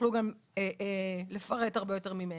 שיוכלו גם לפרט הרבה יותר ממני.